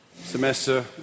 semester